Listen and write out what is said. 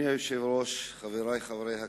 אדוני היושב-ראש, חברי חברי הכנסת,